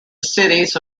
cities